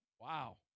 Wow